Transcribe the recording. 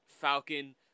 Falcon